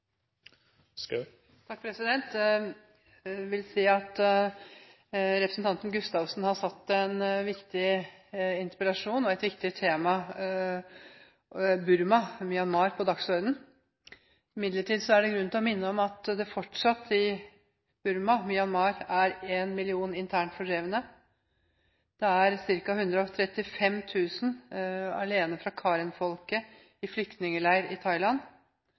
Representanten Gustavsen har satt en viktig interpellasjon og et viktig tema – Burma, Myanmar – på dagsordenen. Det er imidlertid grunn til å minne om at det i Myanmar fortsatt er én million internt fordrevne; det er ca. 135 000 alene fra karenfolket i flyktningleir i